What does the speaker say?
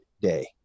day